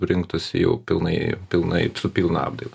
rinktųsi jau pilnai pilnai su pilna apdaila